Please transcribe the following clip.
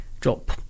drop